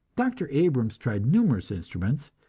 dr. abrams tried numerous instruments,